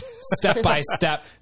step-by-step